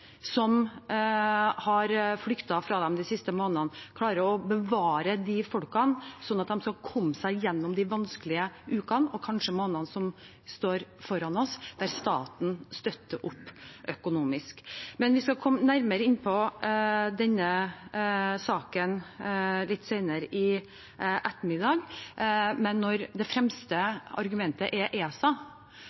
som har flyktet fra dem de siste månedene – klarer å bevare de folkene sånn at de kommer seg gjennom de vanskelige ukene og kanskje månedene som står foran oss, der staten støtter opp økonomisk. Vi skal komme nærmere inn på denne saken litt senere i ettermiddag. Men når det fremste argumentet fra næringsministerens side er ESA